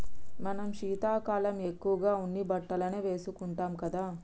మనం శీతాకాలం ఎక్కువగా ఉన్ని బట్టలనే వేసుకుంటాం కదా